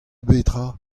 betra